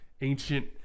ancient